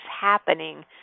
happening